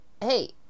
hey